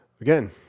Again